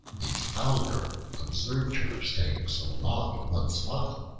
a fowler observed her staying so long in one spot,